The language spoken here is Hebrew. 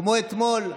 כמו אתמול,